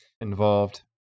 involved